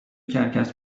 کرکس